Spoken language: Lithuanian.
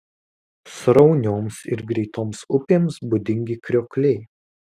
sraunioms ir greitoms upėms būdingi kriokliai